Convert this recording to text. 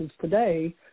today